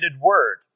word